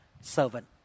servant